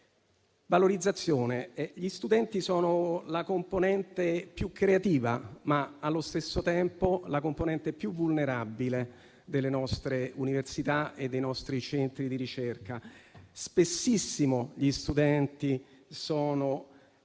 valorizzazione, gli studenti sono la componente più creativa, ma allo stesso tempo più vulnerabile delle nostre università e dei nostri centri di ricerca. Spessissimo hanno